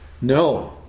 No